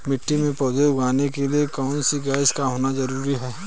मिट्टी में पौधे उगाने के लिए कौन सी गैस का होना जरूरी है?